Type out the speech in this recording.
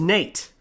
Nate